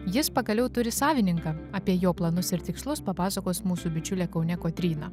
jis pagaliau turi savininką apie jo planus ir tikslus papasakos mūsų bičiulė kaune kotryna